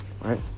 Right